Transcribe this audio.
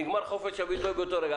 נגמר חופש הביטוי באותו רגע.